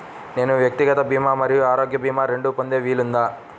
నేను వ్యక్తిగత భీమా మరియు ఆరోగ్య భీమా రెండు పొందే వీలుందా?